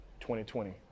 2020